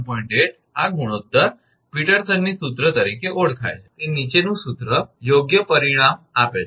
8 આ ગુણોત્તર પીટરસનની સૂત્ર તરીકે ઓળખાય છે તે નીચેનું સૂત્ર યોગ્ય પરિણામ આપે છે